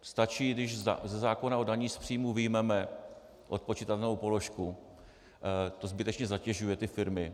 Stačí, když ze zákona o dani z příjmu vyjmeme odpočitatelnou položku, ta zbytečně zatěžuje ty firmy.